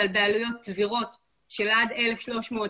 אבל בעלויות סבירות של עד 1,300,